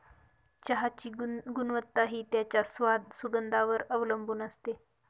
चहाची गुणवत्ता हि त्याच्या स्वाद, सुगंधावर वर अवलंबुन असते